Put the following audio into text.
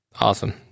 Awesome